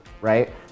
right